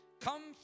come